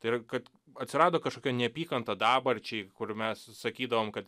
tai yra kad atsirado kažkokia neapykanta dabarčiai kur mes sakydavom kad